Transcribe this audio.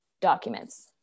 documents